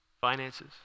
Finances